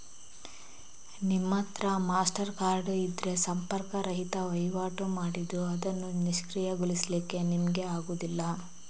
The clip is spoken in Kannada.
ನಿಮ್ಮತ್ರ ಮಾಸ್ಟರ್ ಕಾರ್ಡ್ ಇದ್ರೆ ಸಂಪರ್ಕ ರಹಿತ ವೈವಾಟು ಮಾಡಿದ್ರೂ ಅದನ್ನು ನಿಷ್ಕ್ರಿಯಗೊಳಿಸ್ಲಿಕ್ಕೆ ನಿಮ್ಗೆ ಆಗುದಿಲ್ಲ